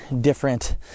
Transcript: different